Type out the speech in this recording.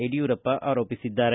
ಯಡಿಯೂರಪ್ಪ ಆರೋಪಿಸಿದ್ದಾರೆ